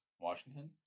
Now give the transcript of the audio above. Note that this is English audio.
washington